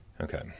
Okay